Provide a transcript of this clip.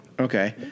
okay